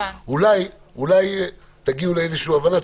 אולי תגיעו לאיזושהי הבנה.